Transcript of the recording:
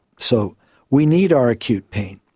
so we need our acute pain.